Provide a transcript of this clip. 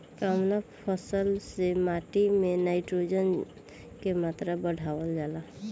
कवना फसल से माटी में नाइट्रोजन के मात्रा बढ़ावल जाला?